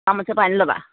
ফাৰ্মাচীৰ পৰা আনি লবা